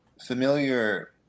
familiar